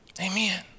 Amen